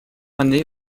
années